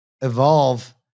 evolve